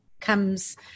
comes